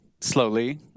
slowly